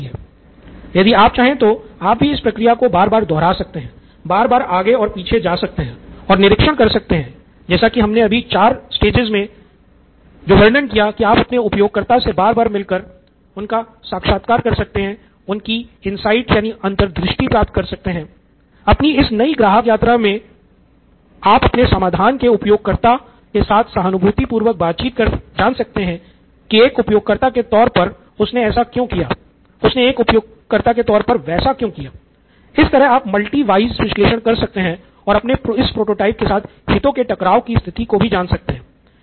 तो यदि आप चाहे तो आप भी प्रक्रिया को बार बार दोहरा सकते हैं बार बार आगे और पीछे जा सकते हैं और निरीक्षण कर सकते हैं जैसा की हमने अभी चार चरणों विश्लेषण कर सकते हैं और अपने इस प्रोटोटाइप के साथ हितों के टकराव की भी स्थिति को भी जान सकते हैं